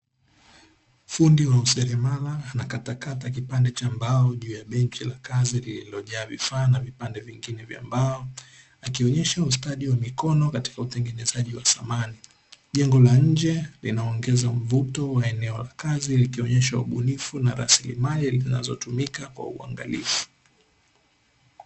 Fundi wa uselemala anakatakata kipande cha mbao juu ya benchi la kazi lililojaa vifaa na vipande vingine vya mbao, akionyesha ustadi wa mikono katika utengenezaji wa samani, jengo la nje linaongeza mvuto wa eneo la kazi, likionyesha ubunifu na rasilimali zinazotumika kwa uangalifu.